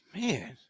Man